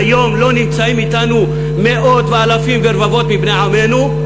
והיום לא נמצאים אתנו מאות ואלפים ורבבות מבני עמנו.